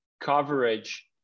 coverage